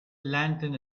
lantern